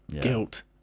guilt